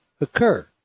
occur